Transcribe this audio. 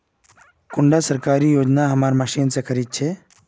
कुंडा सरकारी योजना हमार मशीन से खरीद छै?